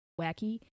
wacky